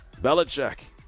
Belichick